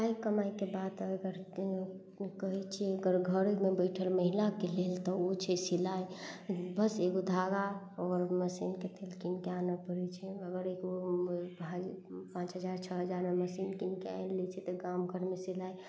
सिलाइ कढ़ाइके बाद अगर कहै छियै अगर घरमे बैठल महिलाके लेल तऽ ओ छै सिलाइ बस एगो धागा ओकर मशीनके तेल किनके आनऽ पड़ै छै अगर एगो पाँच हजार छओ हजारमे मशीन कीनके आनि लै छै तऽ गाम घरमे सिलाइ